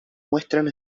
muestran